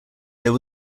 there